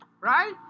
right